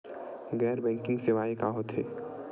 गैर बैंकिंग सेवाएं का होथे?